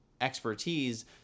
expertise